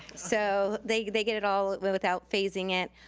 so they they get it all without phasing it.